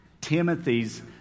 Timothy's